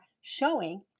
showing